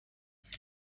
وقتی